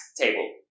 table